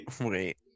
Wait